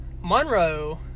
Monroe